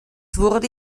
wurde